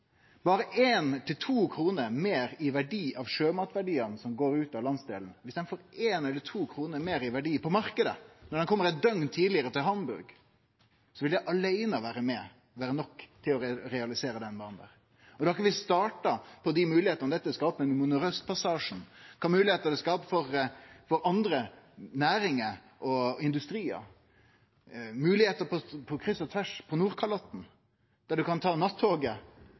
sjømatverdiane som går ut av landsdelen, får berre éi krone eller to kroner meir i verdi på marknaden når dei kjem eit døgn tidlegare til Hamburg, vil det aleine vere nok til å realisere den banen. Da kunne vi ha starta på dei moglegheitene dette skaper i Nordaustpassasjen, kva moglegheiter det skaper for andre næringar og industriar, moglegheiter på kryss og tvers: på Nordkalotten, der ein snart kan ta nattoget